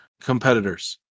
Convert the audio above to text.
competitors